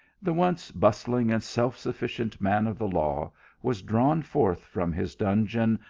the once bustling and self-suf ficient man of the law was drawn forth from his dungeon,